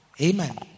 Amen